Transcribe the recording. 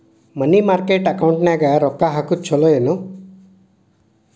ಮನಿ market ಅಕೌಂಟಿನ್ಯಾಗ ರೊಕ್ಕ ಹಾಕುದು ಚುಲೊ ಏನು